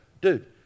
dude